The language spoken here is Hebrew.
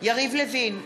יריב לוין,